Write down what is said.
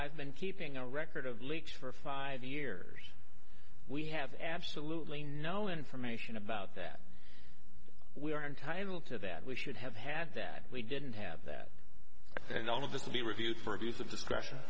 i've been keeping a record of leaks for five years we have absolutely no information about that we are entitled to that we should have had that we didn't have that and all of the to be reviewed for abuse of discretion